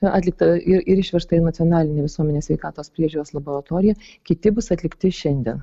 atlikta ir ir išvežta į nacionalinę visuomenės sveikatos priežiūros laboratoriją kiti bus atlikti šiandien